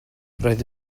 roedd